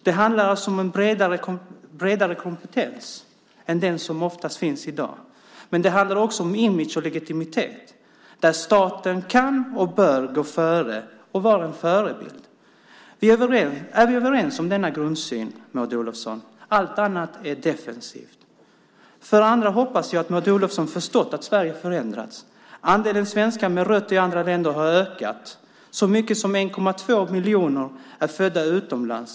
Det handlar alltså om en bredare kompetens än den som oftast finns i dag. Men det handlar också om image och legitimitet, där staten kan och bör gå före och vara en förebild. Är vi överens om denna grundsyn, Maud Olofsson? Allt annat är defensivt. För det andra hoppas jag att Maud Olofsson har förstått att Sverige har förändrats. Andelen svenskar med rötter i andra länder har ökat. Så mycket som 1,2 miljoner är födda utomlands.